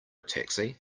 taxi